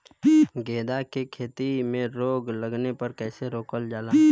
गेंदा की खेती में रोग लगने पर कैसे रोकल जाला?